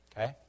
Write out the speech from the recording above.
Okay